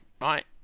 right